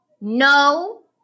No